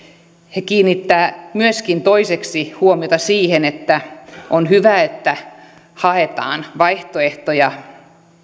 he myöskin kiinnittävät toiseksi huomiota siihen että on hyvä että haetaan vaihtoehtoja